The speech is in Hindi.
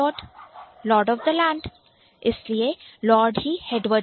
Lord of the Land lord of the land इसलिए लॉर्ड ही हेडवर्ड है